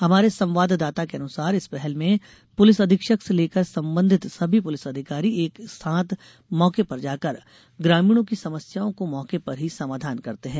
हमारे संवाददाता के अनुसार इस पहल में पुलिस अधीक्षक से लेकर सम्बन्धित सभी पुलिस अधिकारी एक साथ मौके पर जाकर ग्रामीणों की समस्याओं को मौके पर ही समाधान करते हैं